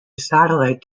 satellite